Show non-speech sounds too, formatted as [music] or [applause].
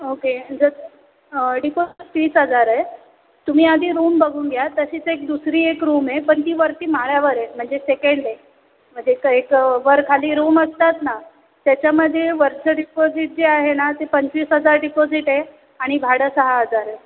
okay जर डिपॉ तीस हजार आहे तुम्ही आधी रूम बघून घ्या तशीच एक दुसरी एक रूम आहे पण ती वरती माळ्यावर आहे म्हणजे सेकेंड आहे म्हणजे [unintelligible] वरखाली रूम असतात ना त्याच्यामध्ये वरचं डिपॉजिट जे आहे ना ते पंचवीस हजार डिपॉजिट आहे आणि भाडं सहा हजार आहे